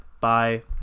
Bye